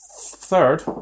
Third